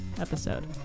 episode